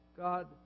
God